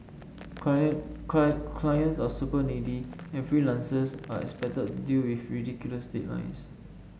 client client clients are super needy and freelancers are expected to deal with ridiculous deadlines